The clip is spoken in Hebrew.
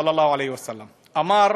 (אומר בערבית: תפילת האל עליו וברכתו לשלום,) אמר,